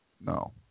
no